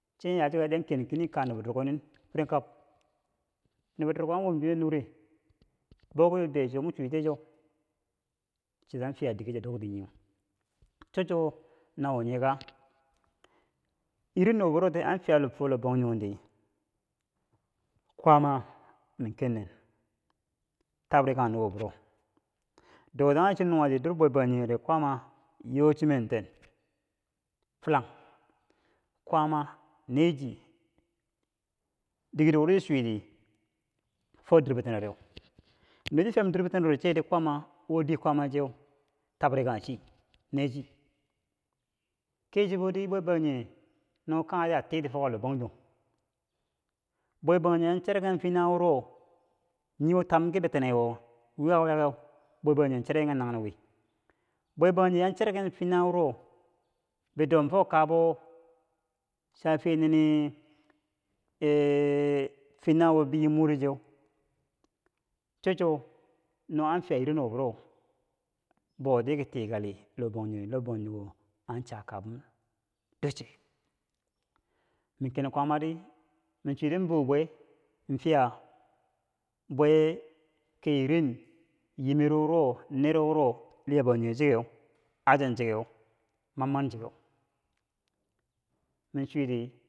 Cho yaa chiko na cho keni keni kaa nubo durko nin frem kab nubo durko an wom chinen nure bou ki bibeiyo chwo mochwitiye cho, chi anfiya digeer chiya dok ti nyiyeu cho chwo nawo nye ka, irin nubo buro an fiyalo fo lohlabanghe kwaama min kennen tabre kanghe nubo buro dotanghe chi nuwati dor bwebangjinghere Kwaama nee chi digero chii chwiti fo dor bitinere no chi fiyamwo dot bitinero cheri kwaama, wo diikwama cheu ne chi, tabre kanghe chi nee chi, kebo chiri bwe bangjinghe no kanghe ya a titi ka fo lohbangjong, bwebangjinghe ya cherken fyen tanghe wuro nii wo tam ki bitinewo wuyak wuyake bwe bangjinghe cherken ki nanghen wii, bwe bangjinghe ya cherken fyen tanghe wuro bidom fo kaabo safe nini a- a--fyen nanghe bi yim more cheu cho chwo na an fiya irin nubo wuro bou tiki tikali lohbangjonghe, lohbangjong an cha kabum ducche, mi kenan kwaamati mi chwiti n boo bwee, in fiya bweee ki irin yimero wuro, nero wuro liya bangjinghe chikeu, Hassan chikeu, mamman chikeu, mi chwiti.